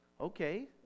Okay